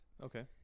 Okay